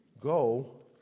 Go